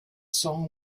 song